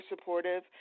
supportive